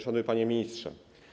Szanowny Panie Ministrze!